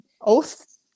oath